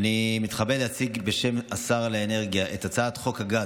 אני מתכבד להציג בשם השר לאנרגיה את הצעת חוק הגז